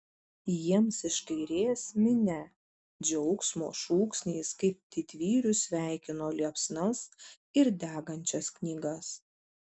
jiems iš kairės minia džiaugsmo šūksniais kaip didvyrius sveikino liepsnas ir degančias knygas